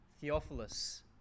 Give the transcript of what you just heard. Theophilus